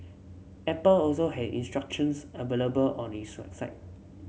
Apple also has instructions available on its website